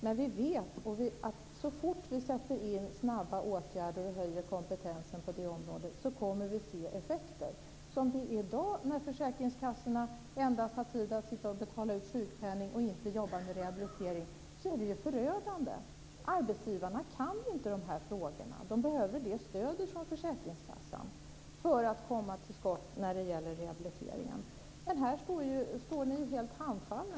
Men vi vet att så fort vi sätter in snabba åtgärder och höjer kompetensen på det området, kommer vi att se effekter. Som det är i dag, när försäkringskassorna endast har tid att betala ut sjukpenning och inte att jobba med rehablitering, är det förödande. Arbetsgivarna kan inte dessa frågor. De behöver stöd från försäkringskassorna för att komma till skott med rehabiliteringen. Men här står ni ju helt handfallna.